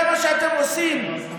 זה מה שאתם עושים?